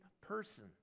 person